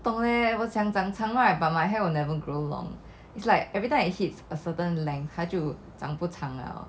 不懂 leh 我想长长 right but my hair will never grow long it's like everytime it hits a certain length 它就长不长了